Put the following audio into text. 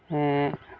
ᱦᱮᱸ